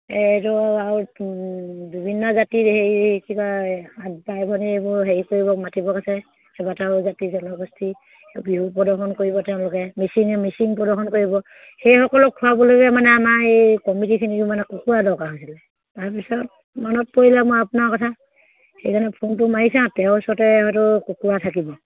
এইটো আৰু বিভিন্ন জাতিৰ হেৰি কিবা সাত বাই ভনী এইবোৰ হেৰি কৰিব মাতিব কৈছে কেইবাটাও জাতি জনগোষ্ঠী বিহু প্ৰদৰ্শন কৰিব তেওঁলোকে মিচিঙে মিচিং প্ৰদৰ্শন কৰিব সেইসকলক খোৱাবলৈকে মানে আমাৰ এই কমিটিখিনিক মানে কুকুৰা দৰকাৰ হৈছিলে তাৰপিছত মনত পৰিলে মই আপোনাৰ কথা সেইকাৰণে ফোনটো মাৰি চাওঁ তেওঁৰ ওচৰতে হয়টো কুকুৰা থাকিব